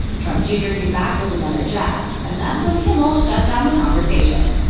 trump jr. came back with another jab. and that's when kimmel shut down the conversation.